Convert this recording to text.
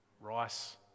rice